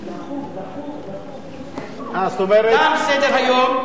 תם סדר-היום.